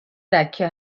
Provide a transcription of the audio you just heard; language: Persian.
دکه